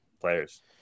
players